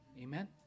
Amen